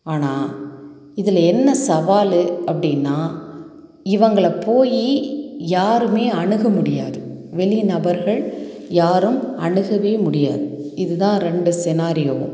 ஆனால் இதில் என்ன சவால் அப்படின்னா இவங்களை போய் யாருமே அணுக முடியாது வெளி நபர்கள் யாரும் அணுகவே முடியாது இதுதான் ரெண்டு சினாரியோவும்